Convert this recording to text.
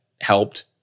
helped